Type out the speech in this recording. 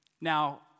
Now